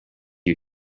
you